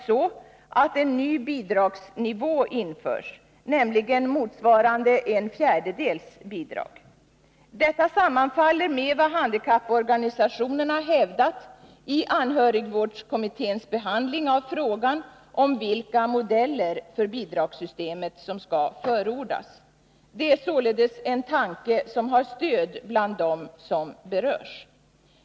Vi vill att en ny bidragsnivå införs, nämligen motsvarande en fjärdedels bidrag. Detta sammanfaller med vad handikapporganisationerna hävdat i anhörigvårdskommitténs behandling av frågan om vilka modeller för bidragssystemet som skall förordas. Det är således en tanke som har stöd bland dem som berörs. Fru talman!